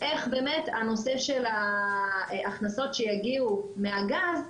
איך באמת הנושא של ההכנסות שיגיעו מהגז,